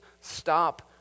stop